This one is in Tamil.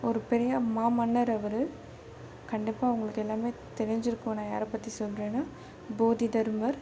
ஒரு பெரிய மாமன்னர் அவர் கண்டிப்பாக உங்களுக்கு எல்லாமே தெரிஞ்சுருக்கும் நான் யாரை பற்றி சொல்கிறேன்னு போதி தர்மர்